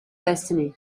destiny